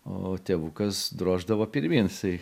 o tėvukas droždavo pirmyn jisai